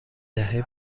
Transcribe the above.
دهه